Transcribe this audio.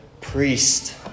priest